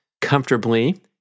comfortably